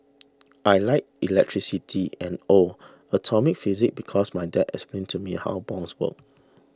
I like electricity and oh atomic physics because my dad explained to me how bombs work